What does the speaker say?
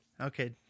Okay